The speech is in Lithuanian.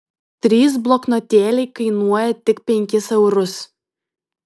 trys bloknotėliai kainuoja tik penkis eurus